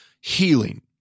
Healing